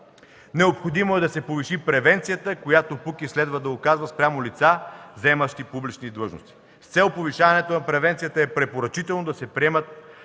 необходимо е да се повиши превенцията, която КПУКИ следва да оказва спрямо лица, заемащи публични длъжности; - с цел повишаване на превенцията е препоръчително да се приемат